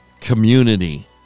community